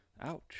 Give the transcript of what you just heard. Ouch